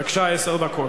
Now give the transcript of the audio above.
בבקשה, עשר דקות.